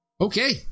okay